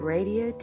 Radio